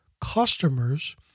customers